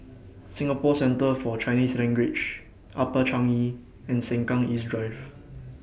Singapore Centre For Chinese Language Upper Changi and Sengkang East Drive